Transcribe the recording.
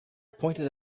pointed